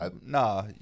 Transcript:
Nah